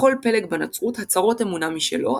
לכל פלג בנצרות הצהרות אמונה משלו,